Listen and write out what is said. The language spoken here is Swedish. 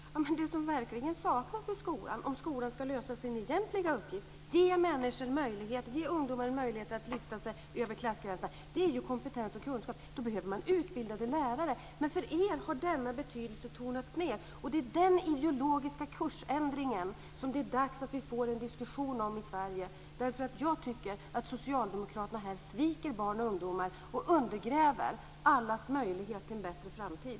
Det som verkligen saknas i skolan för att skolan ska kunna lösa sin egentliga uppgift är att ge ungdomar möjligheter att lyfta sig över klassgränserna, dvs. kompetens och kunskap. För det behövs utbildade lärare. För er har denna betydelse tonats ned. Det är den ideologiska kursändringen som det är dags att vi får en diskussion om i Sverige. Jag tycker att socialdemokraterna sviker barn och ungdomar och undergräver allas möjligheter till en bättre framtid.